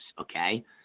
okay